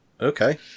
okay